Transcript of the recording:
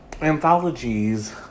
anthologies